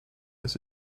des